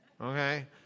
Okay